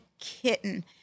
kitten